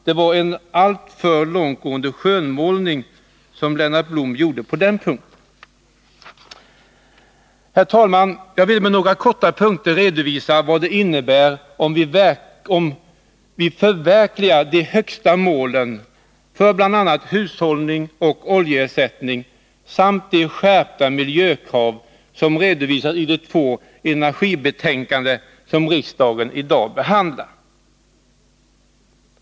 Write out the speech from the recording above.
Det var en alltför vidlyftig skönmålning Lennart Blom gjorde på den punkten. Herr talman! Jag vill i några korta punkter redovisa vad det innebär om vi förverkligar de högsta målen för bl.a. hushållning och oljeersättning samt de skärpta miljökrav som redovisas i de två energibetänkanden som riksdagen i dag behandlar.